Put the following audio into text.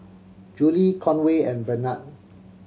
Julie Conway and Bernhard